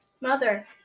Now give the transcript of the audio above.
Mother